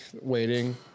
waiting